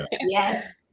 Yes